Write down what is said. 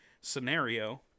scenario